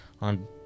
on